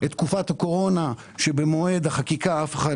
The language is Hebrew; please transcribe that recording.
את תקופת הקורונה שבמועד החקיקה אף אחד